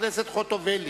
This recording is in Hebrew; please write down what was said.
אחריו, חברת הכנסת חוטובלי,